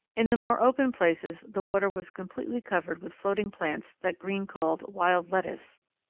in the more open places the water was completely covered with floating plants that greene called wild lettuce.